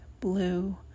Blue